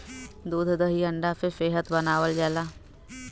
दूध दही अंडा से सेहत बनावल जाला